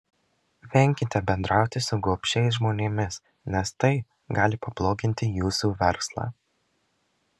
venkite bendrauti su gobšiais žmonėmis nes tai gali pabloginti jūsų verslą